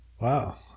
Wow